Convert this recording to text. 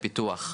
היטלי פיתוח,